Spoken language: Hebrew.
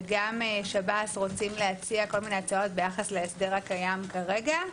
וגם שב"ס רוצים להציע כל מיני הצעות ביחס להסדר הקיים כרגע.